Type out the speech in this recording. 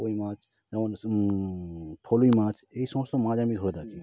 কই মাছ আর ফলুই মাছ এই সমস্ত মাছ আমি ধরে থাকি